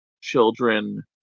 children